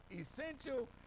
essential